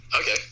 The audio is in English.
okay